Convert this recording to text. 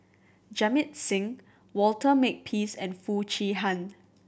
Jamit Singh Walter Makepeace and Foo Chee Han